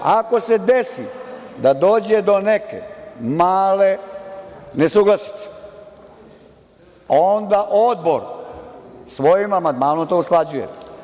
Ako se desi da dođe do neke male nesuglasice, onda odbor svojim amandmanom to usklađuje.